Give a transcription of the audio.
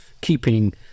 keeping